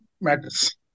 matters